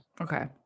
Okay